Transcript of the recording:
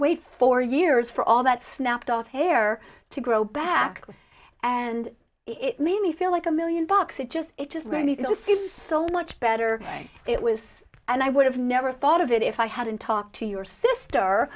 wait four years for all that snapped off hair to grow back and it made me feel like a million bucks it just it just really just seems so much better it was and i would have never thought of it if i hadn't talked to your sister